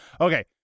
Okay